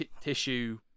tissue